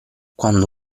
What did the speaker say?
quando